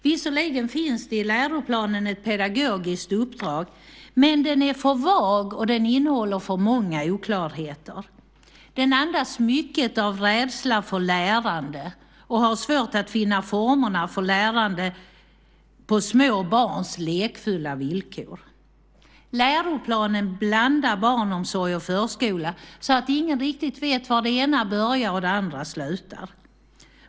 Visserligen finns det i läroplanen ett pedagogiskt uppdrag, men den är för vag och innehåller för många oklarheter. Den andas mycket av rädsla för lärande och har svårt att hitta formerna för lärande på små barns lekfulla villkor. Läroplanen blandar barnomsorg och förskola så att ingen riktigt vet var det ena börjar och det andra slutar.